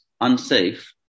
unsafe